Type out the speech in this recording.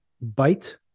bite